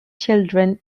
children